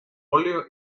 óleo